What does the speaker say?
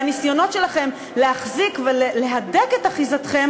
והניסיונות שלכם להחזיק ולהדק את אחיזתכם